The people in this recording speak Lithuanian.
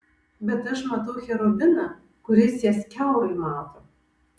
bet aš matau cherubiną kuris jas kiaurai mato